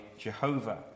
Jehovah